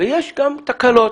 ויש גם תקלות